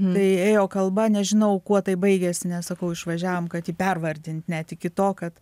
tai ėjo kalba nežinau kuo tai baigėsi nes sakau išvažiavom kad jį pervardint net iki to kad